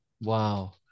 Wow